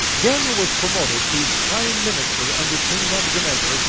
daniel was promoted to prime minister under king nebuchadnezzar,